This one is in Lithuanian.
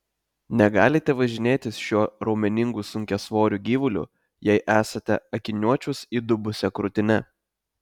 negalite važinėtis šiuo raumeningu sunkiasvoriu gyvuliu jei esate akiniuočius įdubusia krūtine